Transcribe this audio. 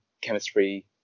chemistry